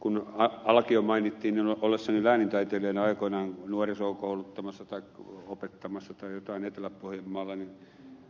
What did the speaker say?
kun alkio mainittiin niin ollessani läänintaiteilijana aikoinaan nuorisoa kouluttamassa tai opettamassa tai jotain etelä pohjanmaalla